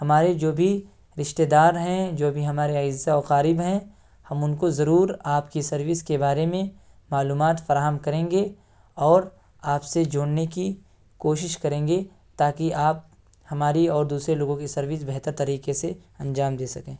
ہمارے جو بھی رشتہ دار ہیں جو بھی ہمارے اعزا و اقارب ہیں ہم ان کو ضرور آپ کی سروس کے بارے میں معلومات فراہم کریں گے اور آپ سے جڑنے کی کوشش کریں گے تا کہ آپ ہماری اور دوسرے لوگوں کی سروس بہتر طریقے سے انجام دے سکیں